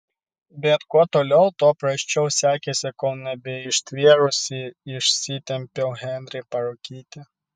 bet kuo toliau tuo prasčiau sekėsi kol nebeištvėrusi išsitempiau henrį parūkyti